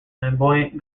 flamboyant